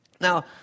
Now